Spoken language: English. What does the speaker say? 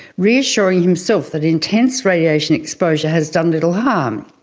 reassuring himself that intense radiation exposure has done little harm.